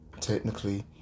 technically